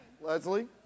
Leslie